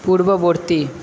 পূর্ববর্তী